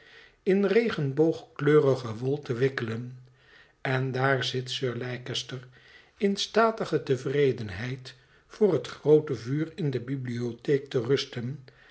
in regenboogkleurige wol te wikkelen en daar zit sir leicester in statige tevredenheid voor het groote vuur in de bibliotheek te rusten